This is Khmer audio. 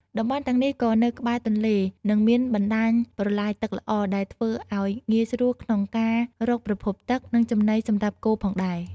តំបន់ទាំងនេះក៏នៅក្បែរទន្លេ និងមានបណ្តាញប្រឡាយទឹកល្អ ដែលធ្វើឲ្យងាយស្រួលក្នុងការរកប្រភពទឹក និងចំណីសម្រាប់គោផងដែរ។